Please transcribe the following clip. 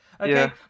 okay